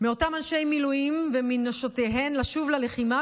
מאותם אנשי מילואים ומנשותיהם לשוב ללחימה